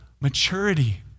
Maturity